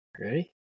Ready